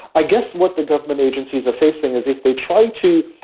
i guess what the government agencies are facing is if they try to,